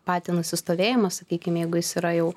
patį nusistovėjimą sakykim jeigu jis yra jau